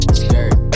skirt